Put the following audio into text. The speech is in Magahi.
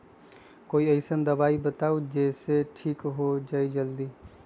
कोई अईसन दवाई बताई जे से ठीक हो जई जल्दी?